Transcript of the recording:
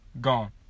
gone